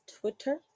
Twitter